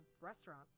restaurant